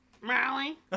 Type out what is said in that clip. Molly